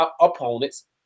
opponents